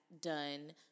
done